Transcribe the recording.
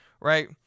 right